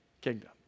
kingdom